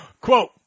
Quote